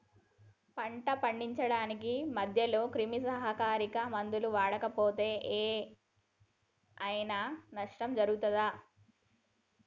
పంట పండించడానికి మధ్యలో క్రిమిసంహరక మందులు వాడకపోతే ఏం ఐనా నష్టం జరుగుతదా?